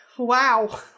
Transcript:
Wow